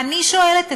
אני שואלת אתכם,